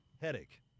Headache